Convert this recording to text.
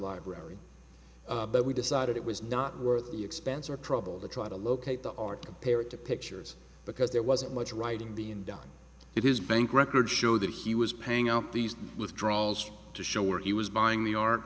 library but we decided it was not worth the expense or trouble to try to locate the art compare it to pictures because there wasn't much writing being done it his bank records show that he was paying out these withdrawals to show where he was buying the ar